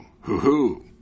hoo-hoo